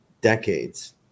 decades